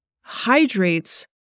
hydrates